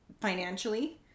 financially